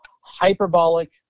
hyperbolic